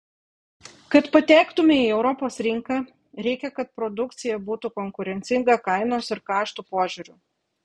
kad patektumei į europos rinką reikia kad produkcija būtų konkurencinga kainos ir kaštų požiūriu